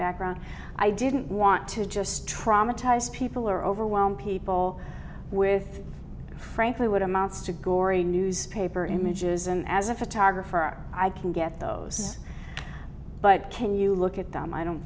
background i didn't want to just traumatized people are overwhelmed people with frankly what amounts to gory news paper images i'm as a photographer are i can get those but can you look at them i don't